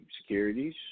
securities